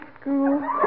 school